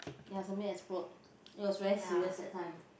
ya something explode it was very serious that time